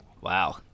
wow